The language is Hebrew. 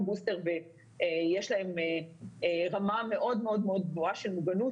בוסטר ויש להם רמה מאוד מאוד גבוהה של מוגנות,